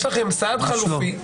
יש לכם סעד חלופי.